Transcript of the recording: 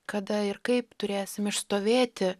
kada ir kaip turėsim išstovėti